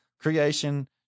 creation